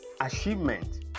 achievement